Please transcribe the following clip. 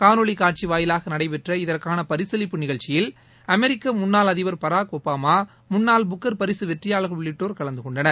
காணொலி காட்சி வாயிலாக நடைபெற்ற இதற்கான பரிசளிப்பு நிகழ்ச்சியில் அமெரிக்க முன்ளாள் அதிபர் பாரக் ஒபாமா முன்னாள் புக்கர் பரிசு வெற்றியாளர்கள் உள்ளிட்டோர் கலந்து கொண்டனர்